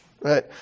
right